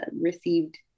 received